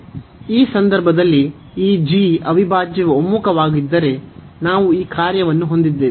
ಈ ಸಂದರ್ಭದಲ್ಲಿ ಈ ಅವಿಭಾಜ್ಯವು ಒಮ್ಮುಖವಾಗಿದ್ದರೆ ನಾವು ಈ ಕಾರ್ಯವನ್ನು ಹೊಂದಿದ್ದೇವೆ